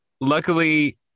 Luckily